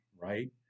right